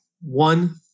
One